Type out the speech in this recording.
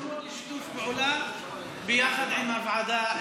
שיתוף פעולה יחד עם הוועדה,